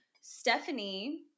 Stephanie